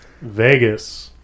Vegas